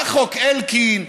בא חוק אלקין,